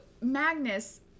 Magnus